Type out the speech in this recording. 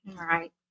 right